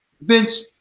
Vince